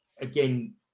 again